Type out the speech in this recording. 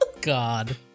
God